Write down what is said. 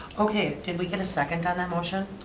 okay, did we get a second on that motion?